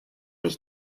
ich